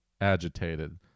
agitated